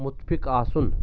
مُتفق آسُن